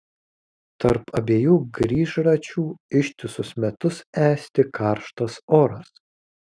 tarp abiejų grįžračių ištisus metus esti karštas oras